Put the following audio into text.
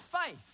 faith